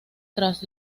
tras